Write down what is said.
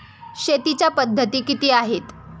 शेतीच्या पद्धती किती आहेत?